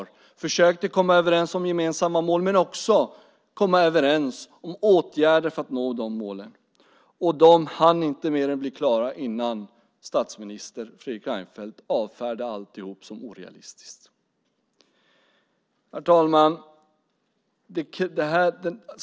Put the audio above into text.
Man försökte komma överens om gemensamma mål men också om åtgärder för att nå de målen. Och de hann inte mer än bli klara innan statsminister Fredrik Reinfeldt avfärdade alltihop som orealistiskt. Herr talman!